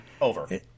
Over